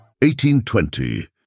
1820